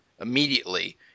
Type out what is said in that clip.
immediately